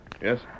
Yes